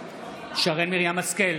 שרן מרים השכל,